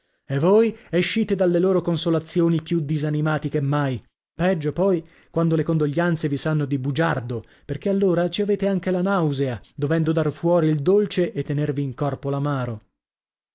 e voi escite dalle loro consolazioni più disanimati che mai peggio poi quando le condoglianze vi sanno di bugiardo perchè allora ci avete anche la nausea dovendo dar fuori il dolce e tenervi in corpo l'amaro